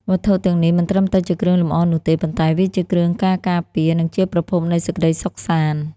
វត្ថុទាំងនេះមិនត្រឹមតែជាគ្រឿងលម្អនោះទេ ប៉ុន្តែវាជាគ្រឿងការការពារ និងជាប្រភពនៃសេចក្ដីសុខសាន្ត។